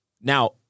now